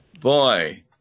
boy